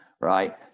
right